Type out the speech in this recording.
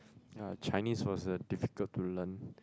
ya Chinese was uh difficult to learn